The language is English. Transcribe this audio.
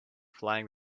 flying